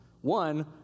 One